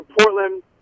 Portland